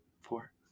Four